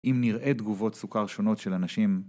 אם נראה תגובות סוכר שונות של אנשים.